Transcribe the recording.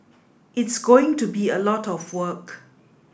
it's going to be a lot of work